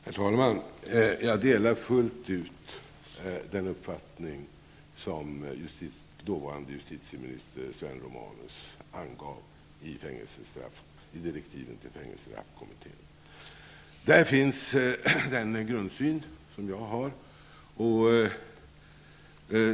Herr talman! Jag delar fullt ut den uppfattning som dåvarande justitieminister Sven Romanus angav i direktiven till fängelsestraffkommittén. Där finns den grundsyn som jag har.